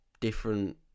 different